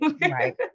Right